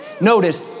Notice